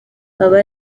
aba